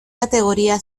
categoría